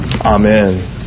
Amen